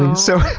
so.